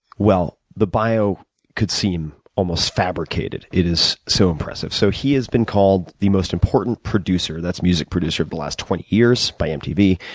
well, the bio could seem almost fabricated, it is so impressive. so, he has been called the most important producer, that's music producer, of the last twenty years by mtv.